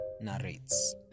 narrates